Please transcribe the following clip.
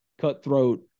cutthroat